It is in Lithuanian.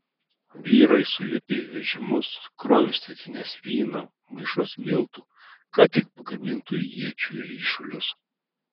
vyrai sulipę į vežimus krovė statines vyno maišus miltų ką tik pagamintų iečių ryšulius